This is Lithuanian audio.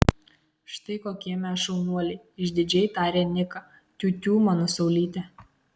štai kokie mes šaunuoliai išdidžiai tarė niką tiutiū mano saulyte